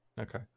okay